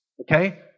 Okay